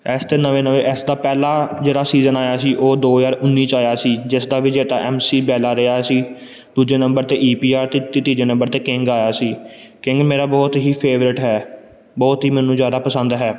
ਇਸ 'ਤੇ ਨਵੇਂ ਨਵੇਂ ਇਸ ਦਾ ਪਹਿਲਾਂ ਜਿਹੜਾ ਸੀਜ਼ਨ ਆਇਆ ਸੀ ਉਹ ਦੋ ਹਜ਼ਾਰ ਉੱਨੀ 'ਚ ਆਇਆ ਸੀ ਜਿਸ ਦਾ ਵਿਜੇਤਾ ਐਮ ਸੀ ਬੈਲਾ ਰਿਹਾ ਸੀ ਦੂਜੇ ਨੰਬਰ 'ਤੇ ਈ ਪੀ ਆਰ ਅਤੇ ਤੀਜੇ ਨੰਬਰ 'ਤੇ ਕਿੰਗ ਆਇਆ ਸੀ ਕਿੰਗ ਮੇਰਾ ਬਹੁਤ ਹੀ ਫੇਵਰੇਟ ਹੈ ਬਹੁਤ ਹੀ ਮੈਨੂੰ ਜ਼ਿਆਦਾ ਪਸੰਦ ਹੈ